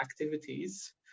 activities